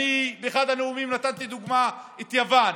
באחד הנאומים נתתי לדוגמה את יוון,